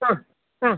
ആ ആ